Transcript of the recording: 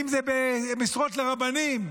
אם זה במשרות לרבנים,